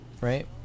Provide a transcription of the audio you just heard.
Right